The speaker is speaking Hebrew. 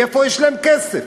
מאיפה יש להן כסף?